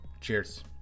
Cheers